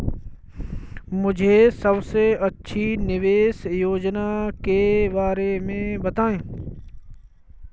मुझे सबसे अच्छी निवेश योजना के बारे में बताएँ?